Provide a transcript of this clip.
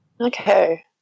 Okay